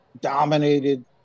dominated